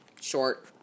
Short